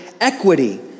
equity